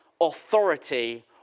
authority